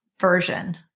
version